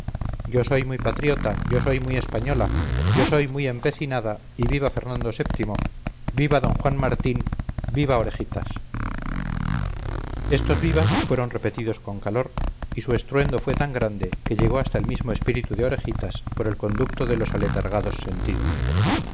yo soy muy patriota yo soy muy española yo soy muy empecinada y viva fernando vii viva d juan martín viva orejitas estos vivas fueron repetidos con calor y su estruendo fue tan grande que llegó hasta el mismo espíritu de orejitas por el conducto de los aletargados sentidos